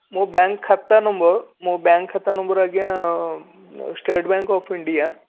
ମୋ ବ୍ୟାଙ୍କ୍ ଖାତା ନମ୍ବର୍ ମୋ ବ୍ୟାଙ୍କ୍ ଖାତା ନମ୍ବର୍ ଆଜ୍ଞା ଷ୍ଟେଟ୍ ବ୍ୟାଙ୍କ୍ ଅଫ୍ ଇଣ୍ଡିଆ